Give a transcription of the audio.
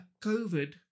COVID